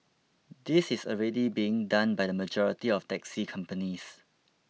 this is already being done by the majority of taxi companies